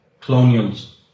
colonials